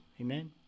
amen